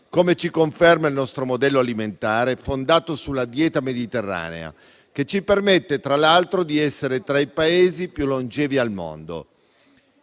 come ci conferma il nostro modello alimentare fondato sulla dieta mediterranea, che ci permette, tra l'altro, di essere tra i Paesi più longevi al mondo.